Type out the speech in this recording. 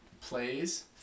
plays